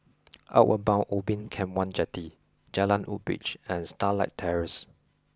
Outward Bound Ubin Camp one Jetty Jalan Woodbridge and Starlight Terrace